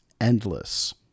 endless